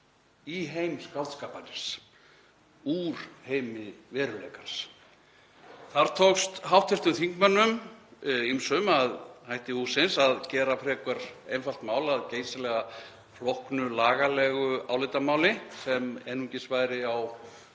í heim skáldskaparins úr heimi veruleikans. Þar tókst ýmsum hv. þingmönnum að hætti hússins að gera frekar einfalt mál að geysilega flóknu lagalegu álitamáli sem einungis væri á